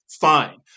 Fine